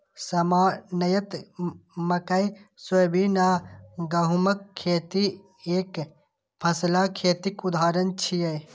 सामान्यतः मकइ, सोयाबीन आ गहूमक खेती एकफसला खेतीक उदाहरण छियै